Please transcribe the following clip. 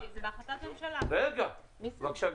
בבקשה גברתי.